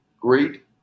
great